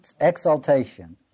exaltation